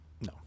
No